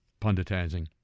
punditizing